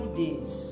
days